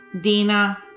Dina